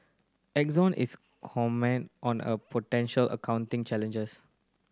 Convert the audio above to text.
Exxon is comment on a potential accounting changes